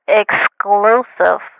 exclusive